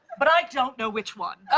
but i don't know which one. oh.